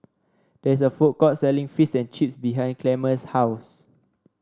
there is a food court selling Fish and Chips behind Clemma's house